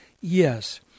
yes